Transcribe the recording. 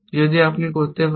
যদি আপনি করতে পারেন